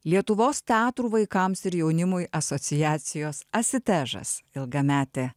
lietuvos teatrų vaikams ir jaunimui asociacijos asitežas ilgametė